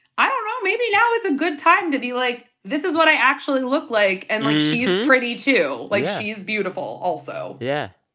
i don't know maybe now is a good time to be like, this is what i actually look like. and, like, she's pretty too. like, she's beautiful, also yeah.